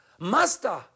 Master